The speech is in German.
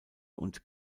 und